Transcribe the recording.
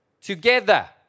together